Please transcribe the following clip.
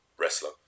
wrestler